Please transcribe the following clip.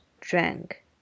drank